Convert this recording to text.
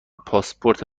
پاسپورت